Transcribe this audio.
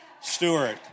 Stewart